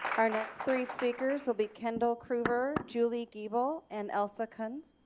our next three speakers will be kendahl cruver, julie giebel and elisa kunz.